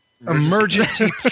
Emergency